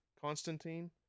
constantine